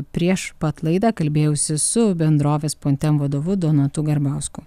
prieš pat laidą kalbėjausi su bendrovės pontem vadovu donatu garbausku